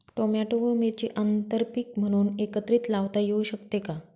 Tomato व मिरची आंतरपीक म्हणून एकत्रित लावता येऊ शकते का?